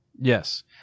Yes